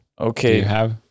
Okay